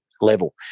level